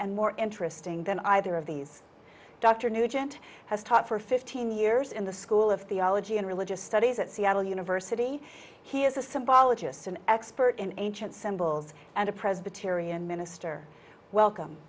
and more interesting than either of these dr nugent has taught for fifteen years in the school of theology and religious studies at seattle university he is a symbologist an expert in ancient symbols and a presbyterian minister welcome